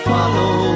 Follow